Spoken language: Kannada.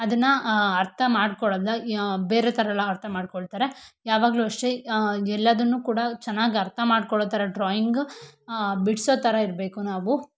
ಅದನ್ನು ಅರ್ಥ ಮಾಡ್ಕೊಳ್ಳಲ್ಲ ಬೇರೆ ಥರೆಲ್ಲ ಅರ್ಥ ಮಾಡಿಕೊಳ್ತಾರೆ ಯಾವಾಗಲೂ ಅಷ್ಟೆ ಎಲ್ಲದನ್ನೂ ಕೂಡ ಚೆನ್ನಾಗಿ ಅರ್ಥಮಾಡ್ಕೊಳ್ಳೋ ಥರ ಡ್ರಾಯಿಂಗ ಬಿಡಿಸೋ ಥರ ಇರಬೇಕು ನಾವು